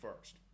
first